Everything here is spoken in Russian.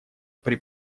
при